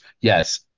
Yes